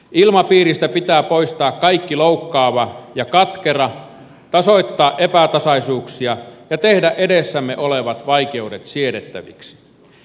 ilmapiiristä pitää poistaa kaikki loukkaava ja katkera tasoittaa epätasaisuuksia ja tehdä edessämme olevat vaikeudet siedettäviksi